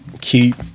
keep